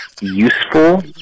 useful